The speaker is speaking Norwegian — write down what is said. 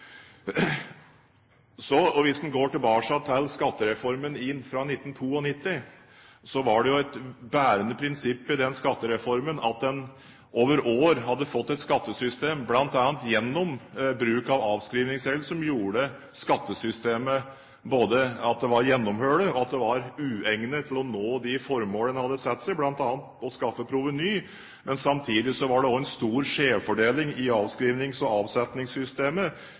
Hvis en går tilbake til skattereformen fra 1992, var det jo et bærende prinsipp i den at en over år hadde fått et skattesystem, bl.a. gjennom bruk av avskrivningsregler, som gjorde skattesystemet både gjennomhullet og uegnet til å nå de formål en hadde, bl.a. om å skaffe proveny. Samtidig var det også en stor skjevfordeling i avskrivnings- og avsetningssystemet